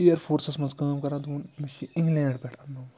air forces منٛز کٲم کَران دوٚپُن مےٚ چھِ اِنگلینٛڈ پٮ۪ٹھ انٕنومُت